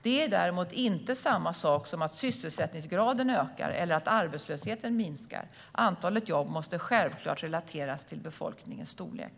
Det är däremot inte samma sak som att sysselsättningsgraden ökar eller att arbetslösheten minskar. Antalet jobb måste självklart relateras till befolkningens storlek.